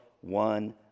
one